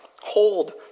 hold